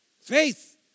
Faith